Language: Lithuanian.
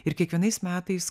ir kiekvienais metais